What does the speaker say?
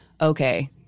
okay